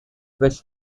west